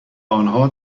آنها